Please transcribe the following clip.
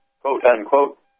quote-unquote